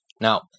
Now